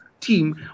team